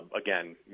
Again